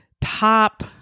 top